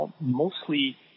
mostly